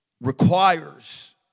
requires